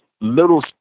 little